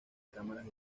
cámaras